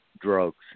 drugs